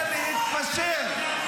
בסוף, חברים, יש פה שני עמים.